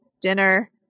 Dinner